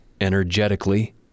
energetically